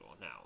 Now